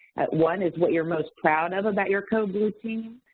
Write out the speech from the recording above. one is what you're most proud of about your code blue team.